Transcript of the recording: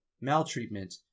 maltreatment